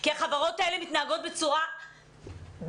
כי החברות האלה מתנהגות בצורה פושעת.